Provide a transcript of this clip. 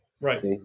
Right